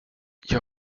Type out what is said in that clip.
jag